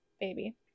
baby